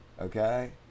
okay